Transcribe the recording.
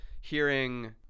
hearing